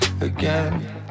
again